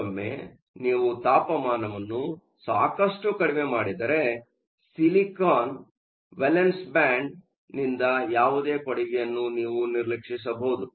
ಮತ್ತೊಮ್ಮೆ ನೀವು ತಾಪಮಾನವನ್ನು ಸಾಕಷ್ಟು ಕಡಿಮೆ ಮಾಡಿದರೆ ಸಿಲಿಕಾನ್ದ ವೇಲೆನ್ಸ್ ಬ್ಯಾಂಡ್ನಿಂದ ಯಾವುದೇ ಕೊಡುಗೆಯನ್ನು ನೀವು ನಿರ್ಲಕ್ಷಿಸಬಹುದು